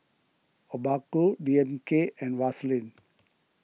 Obaku D M K and Vaseline